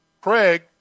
Craig